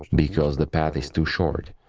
because the path is too short,